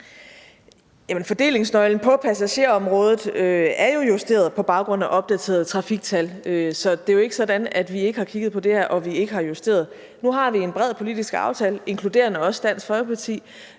Fordelingsnøglen på passagerområdet er jo justeret på baggrund af opdaterede trafiktal, så det er jo ikke sådan, at vi ikke har kigget på det her, og at vi ikke har justeret det. Nu har vi en bred politisk aftale – inkluderende Dansk Folkeparti